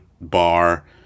bar